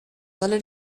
tale